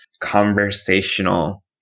conversational